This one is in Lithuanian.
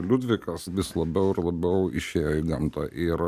liudvikas vis labiau ir labiau išėjo į gamtą ir